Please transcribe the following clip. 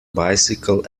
bicycle